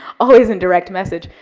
always in direct message,